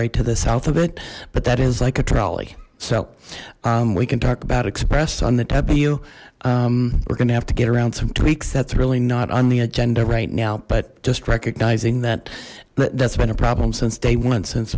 right to the south of it but that is like a trolley so we can talk about express on the w we're gonna have to get around some tweaks that's really not on the agenda right now but just recognizing that that's been a problem since day one since